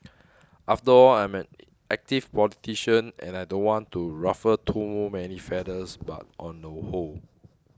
after all I'm an active politician and I don't want to ruffle too many feathers but on the whole